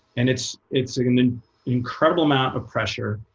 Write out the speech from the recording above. and it's it's an incredible amount of pressure.